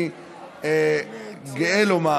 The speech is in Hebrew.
אני גאה לומר,